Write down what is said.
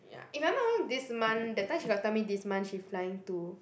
ya if I'm not wrong this month that time she got tell me this month she flying to